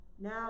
now